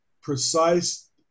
precise